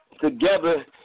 together